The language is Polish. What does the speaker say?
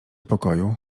pokoju